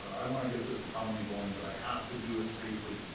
i want to get this economy going, but i have to do it safely.